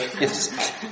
Yes